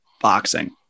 boxing